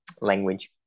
language